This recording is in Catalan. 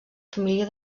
família